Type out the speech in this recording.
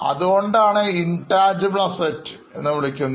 അതുകൊണ്ട് intangible assetsഎന്നുവിളിക്കുന്നു